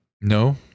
No